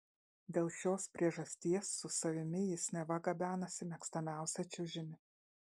dėl šios priežasties su savimi jis neva gabenasi mėgstamiausią čiužinį